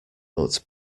but